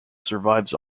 survives